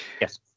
Yes